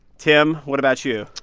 tim, what about you?